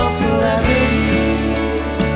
celebrities